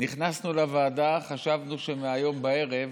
נכנסנו לוועדה, חשבנו שמהיום בערב